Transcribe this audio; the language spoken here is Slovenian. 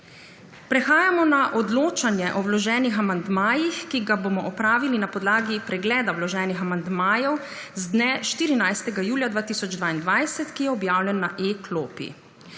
Prehajamo na odločanje o vloženih amandmajih, ki ga bomo opravili na podlagi pregleda vloženih amandmajev z dne 14. julija 2022, ki je objavljen na e-klopi.